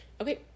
Okay